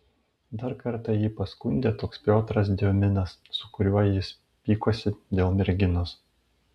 dar kartą jį paskundė toks piotras diominas su kuriuo jis pykosi dėl merginos